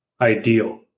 ideal